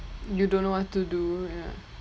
you don't know what to do ya